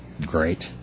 great